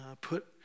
put